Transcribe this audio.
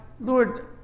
Lord